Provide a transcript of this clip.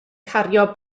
cario